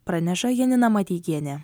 praneša janina mateikienė